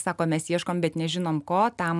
sako mes ieškom bet nežinom ko tam